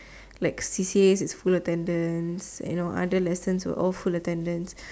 like C_C_A full attendance other lessons were full attendance